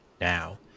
now